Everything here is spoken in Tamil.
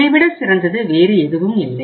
இதைவிட சிறந்தது வேறு எதுவுமில்லை